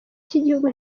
cy’igihugu